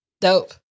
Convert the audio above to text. Dope